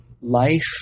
life